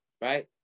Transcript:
right